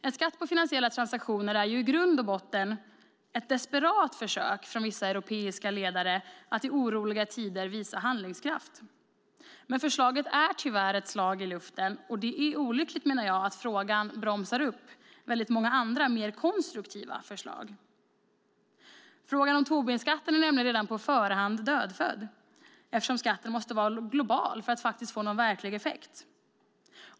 En skatt på finansiella transaktioner är i grund och botten ett desperat försök från vissa europeiska ledare att i oroliga tider visa handlingskraft. Förslaget är tyvärr ett slag i luften, och det är olyckligt att frågan bromsar upp många andra, mer konstruktiva förslag. Frågan om Tobinskatten är nämligen redan på förhand dödfödd, eftersom skatten måste vara global för att få någon verklig effekt.